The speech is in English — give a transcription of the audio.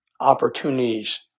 opportunities